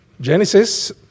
Genesis